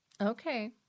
Okay